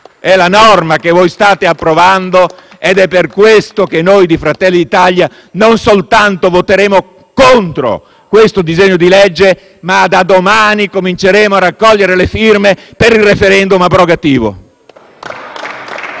è la norma che state approvando ed è per questo che noi di Fratelli d'Italia non soltanto voteremo contro questo disegno di legge, ma da domani cominceremo a raccogliere le firme per il *referendum* abrogativo